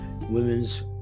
women's